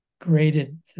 graded